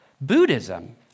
Buddhism